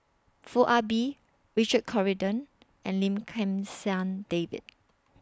Foo Ah Bee Richard Corridon and Lim Kim San David